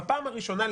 בפעם הראשונה,